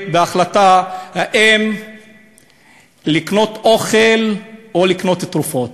בהחלטה אם לקנות אוכל או לקנות תרופות.